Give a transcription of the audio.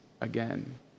again